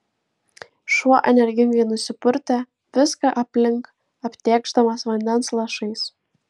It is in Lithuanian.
šuo energingai nusipurtė viską aplink aptėkšdamas vandens lašais